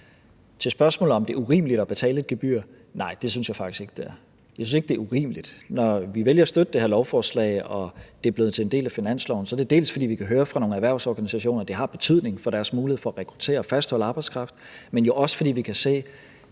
Til spørgsmålet om, om det er urimeligt at betale et gebyr: Nej, det synes jeg faktisk ikke det er. Jeg synes ikke, det er urimeligt. Når vi vælger at støtte det her lovforslag og det er blevet til en del af finansloven, så er det bl.a., fordi vi hører fra nogle erhvervsorganisationer, at det har betydning for deres mulighed for at rekruttere og fastholde arbejdskraft, men jo også, fordi vi kan se,